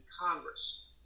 Congress